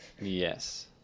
Yes